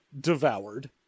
devoured